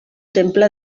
temple